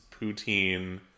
poutine